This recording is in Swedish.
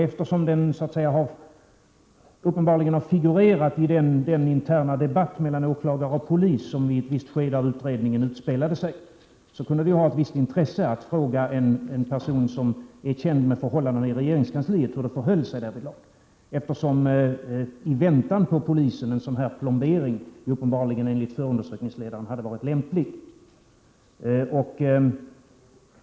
Eftersom den uppenbarligen har så att säga figurerat i den interna debatt mellan åklagare och polis som utspelade sig under ett skede av utredningen, kunde det ha ett visst intresse att fråga en person som känner till förhållandena i regeringskansliet hur det förhöll sig därvidlag. Enligt förundersökningsledaren hade ju en sådan här plombering uppenbarligen varit lämplig i väntan på polisen.